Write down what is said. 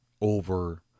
over